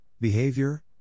behavior